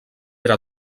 era